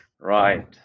right